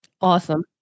Awesome